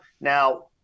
Now